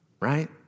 Right